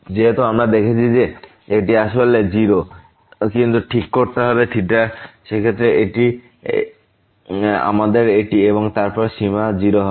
যেহেতু আমরা দেখেছি যে এটি আসলে 0 কিন্তু ঠিক করতে হবে সেক্ষেত্রে আমাদের এটি এবং তারপর সীমা 0 হবে